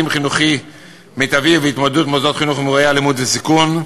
חינוכי מיטבי והתמודדות מוסדות חינוך עם אירועי אלימות וסיכון"